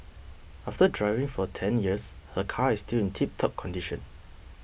after driving for ten years her car is still in tiptop condition